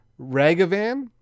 Ragavan